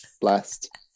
blessed